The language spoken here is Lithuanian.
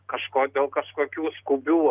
kažko dėl kažkokių skubių